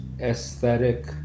aesthetic